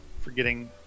forgetting